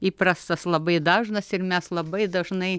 įprastas labai dažnas ir mes labai dažnai